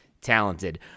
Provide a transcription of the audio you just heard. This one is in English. talented